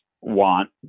want